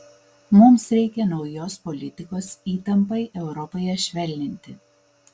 mums reikia naujos politikos įtampai europoje švelninti